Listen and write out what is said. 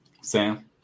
Sam